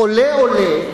חולה עולה,